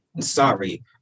Sorry